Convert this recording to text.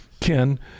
Ken